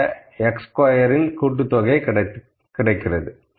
ஆக xi squared இன் கூட்டுத்தொகை கிடைத்திருக்கிறது